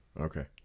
Okay